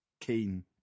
keen